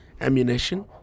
ammunition